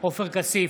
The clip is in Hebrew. עופר כסיף,